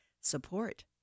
support